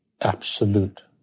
absolute